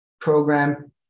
program